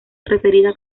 referida